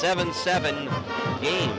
seven seven game